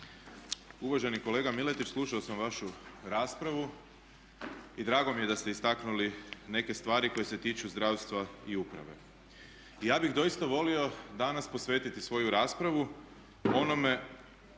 Uvaženi kolega Miletić, slušao sam vašu raspravu i drago mi je da ste istaknuli neke stvari koje se tiču zdravstva i uprave. I ja bih doista volio danas posvetiti svoju raspravu onome